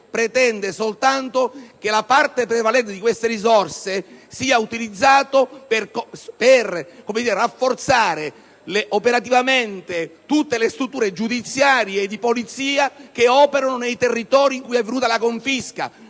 pretende soltanto che la parte prevalente di queste risorse sia utilizzata per rafforzare operativamente tutte le strutture giudiziarie e di polizia che operano nei territori in cui è avvenuta confisca.